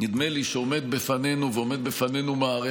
נדמה לי שעומדת בפנינו מערכת